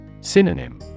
Synonym